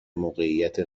موقعیت